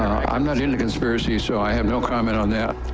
i'm not into conspiracies, so i have no comment on that.